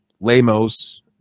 Lemos